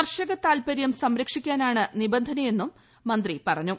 കർഷക താൽപ്പര്യം സംരക്ഷിക്കാനാണ് നിബന്ധനയെന്നും മന്ത്രി പറഞ്ഞു